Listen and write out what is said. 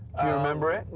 remember it?